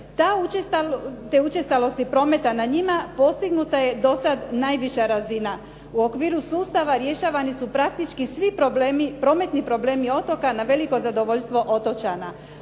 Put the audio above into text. te učestalosti prometa na njima postignuta je do sad najviša razina. U okviru sustava rješavani su praktički svi problemi, prometni problemi otoka na veliko zadovoljstvo otočana.